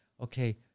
Okay